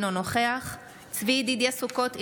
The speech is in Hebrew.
אינו נוכח צבי ידידיה סוכות,